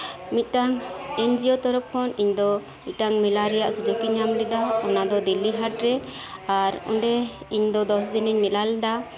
ᱢᱤᱫᱴᱟᱱ ᱮᱱ ᱡᱤ ᱭᱳ ᱛᱚᱨᱚᱯᱷ ᱠᱷᱚᱱ ᱤᱧ ᱫᱚ ᱢᱤᱫᱴᱟᱝ ᱢᱮᱞᱟ ᱨᱮᱭᱟᱜ ᱥᱩᱡᱳᱜ ᱤᱧ ᱧᱟᱢ ᱞᱮᱫᱟ ᱚᱱᱟ ᱫᱚ ᱫᱤᱞᱞᱤ ᱦᱟᱴᱨᱮ ᱟᱨ ᱚᱸᱰᱮ ᱤᱧ ᱫᱚ ᱫᱚᱥ ᱫᱤᱱ ᱤᱧ ᱢᱮᱞᱟ ᱞᱮᱫᱟ